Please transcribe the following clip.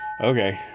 Okay